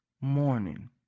morning